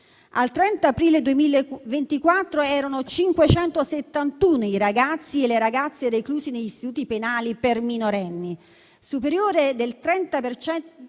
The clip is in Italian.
Al 30 aprile 2024 erano 571 i ragazzi e le ragazze reclusi negli istituti penali per minorenni, un numero superiore del 30